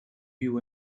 you